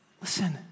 Listen